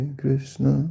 krishna